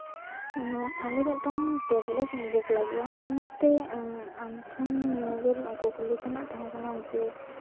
ᱟᱞᱮ ᱢᱤᱫᱴᱟᱱ ᱠᱮᱵᱽ ᱞᱮ ᱵᱩᱠ ᱞᱟᱹᱜᱤᱫ ᱚᱱᱟᱛᱮ ᱟᱢ ᱴᱷᱮᱱ ᱱᱤᱭᱟᱹᱜᱮ ᱠᱩᱠᱞᱤ ᱛᱮᱱᱟᱜ ᱛᱟᱦᱮᱸ ᱠᱟᱱᱟ ᱡᱮ